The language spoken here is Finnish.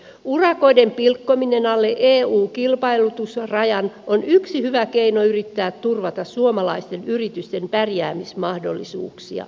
urakoiden pilkkominen alle eu kilpailutusrajan on yksi hyvä keino yrittää turvata suomalaisten yritysten pärjäämismahdollisuuksia